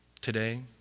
today